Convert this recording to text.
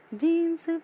jeans